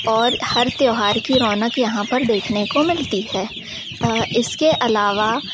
और हर त्यौहार की रौनक यहाँ पर देखने को मिलती है इसके अलावा